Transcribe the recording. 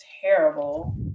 terrible